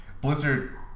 Blizzard